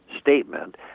statement